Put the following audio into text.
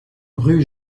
rue